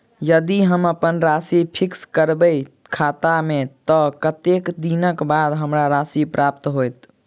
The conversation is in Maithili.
यदि हम अप्पन राशि फिक्स करबै खाता मे तऽ कत्तेक दिनक बाद हमरा राशि प्राप्त होइत?